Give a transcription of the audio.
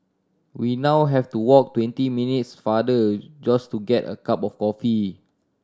we now have to walk twenty minutes farther just to get a cup of coffee